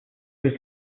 was